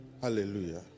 Hallelujah